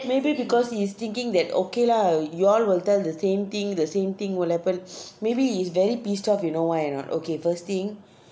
maybe because he is thinking that okay lah you all will tell the same thing the same thing will happen maybe he is very pissed off you know why or not okay first thing